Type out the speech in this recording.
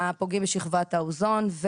הפוגעים בשכבת האוזון,